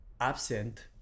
absent